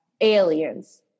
aliens